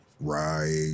Right